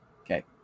Okay